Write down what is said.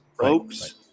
folks